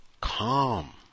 calm